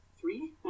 three